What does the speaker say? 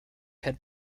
had